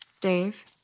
Dave